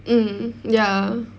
mmhmm ya